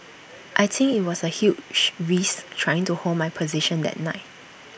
I think IT was A huge risk trying to hold my position that night